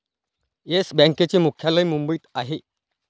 yes बँकेचे मुख्यालय मुंबईत आहे